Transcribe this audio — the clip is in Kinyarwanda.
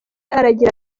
aragira